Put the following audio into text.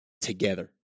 together